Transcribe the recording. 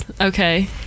Okay